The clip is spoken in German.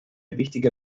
wichtige